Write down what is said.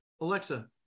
Alexa